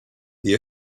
the